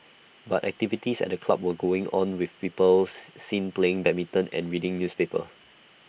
but activities at the club were going on with people seen playing badminton and reading newspapers